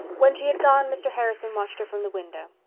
when she had gone mr. harrison watched her from the window.